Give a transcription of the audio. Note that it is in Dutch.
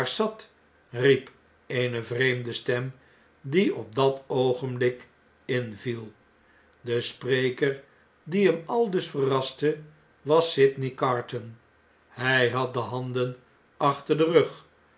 barsad riep eene vreemde stem die op dat oogenblik inviel de spreker die hem aldus verraste was sydney carton hy had de handen achter den rug